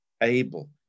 Able